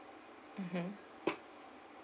mmhmm